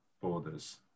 Borders